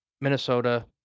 Minnesota